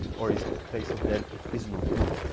or his place of dead is not known.